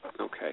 okay